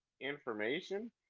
information